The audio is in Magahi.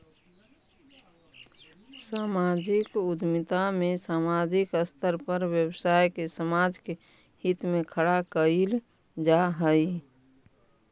सामाजिक उद्यमिता में सामाजिक स्तर पर व्यवसाय के समाज के हित में खड़ा कईल जा हई